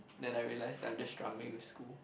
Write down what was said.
then I realise that I'm just struggling with school